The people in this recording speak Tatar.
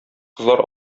кызлар